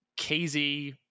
KZ